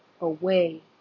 away